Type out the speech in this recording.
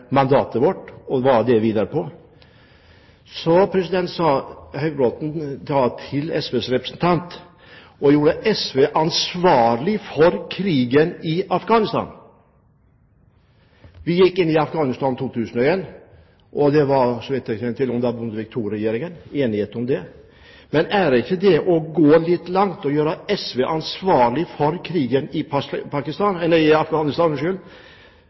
mandatet vårt og hva det hviler på. Så sa Høybråten til SVs representant at han gjorde SV «ansvarlig for krigen i Afghanistan». Vi gikk inn i Afghanistan i 2001, under Bondevik II-regjeringen, og så vidt jeg kjenner til, var det enighet om det. Men er det ikke å gå litt langt å gjøre SV ansvarlig for krigen i Afghanistan? At SV er ansvarlig for bidraget vårt i Afghanistan,